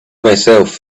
myself